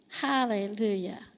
Hallelujah